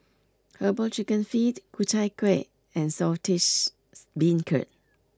Herbal Chicken Feet Ku Chai Kuih and Saltish Beancurd